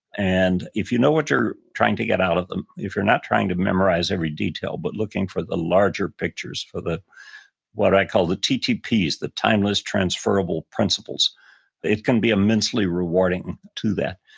and if you know what you're trying to get out of them, if you're not trying to memorize every detail, but looking for the larger pictures, for the what i call the ttps, the timeless transferable principles it can be immensely rewarding to that.